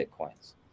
Bitcoins